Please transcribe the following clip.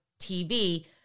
TV